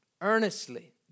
earnestly